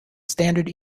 standard